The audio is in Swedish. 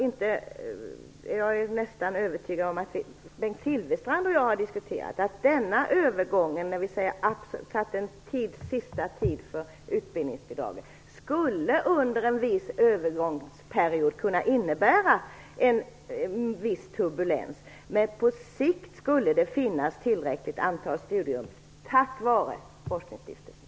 Bengt Silfverstrand och jag har diskuterat att denna övergång - det finns en tidsgräns för utbildningsbidraget - under en period skulle kunna innebära en viss turbulens, men på sikt skulle det finnas tillräckligt många studieplatser tack vare forskningsstiftelserna.